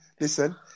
listen